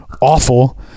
awful